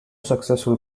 successful